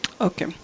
Okay